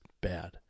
bad